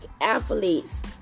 athletes